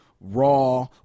Raw